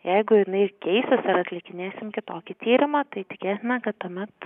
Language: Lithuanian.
jeigu jinai keisis ar atlikinėsim kitokį tyrimą tai tikėtina kad tuomet